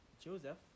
Joseph